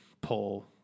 pull